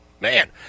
man